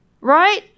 Right